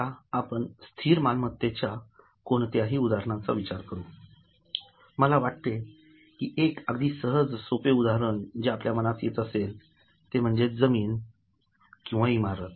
आता आपण स्थिर मालमत्तेच्या कोणत्याही उदाहरणांचा विचार करू मला वाटते की एक अगदी सहज सोपे उदाहरण जे आपल्या मनात येत असेल ते म्हणजे जमीन किंवा इमारत